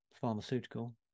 pharmaceutical